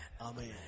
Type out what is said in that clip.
Amen